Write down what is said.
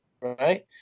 Right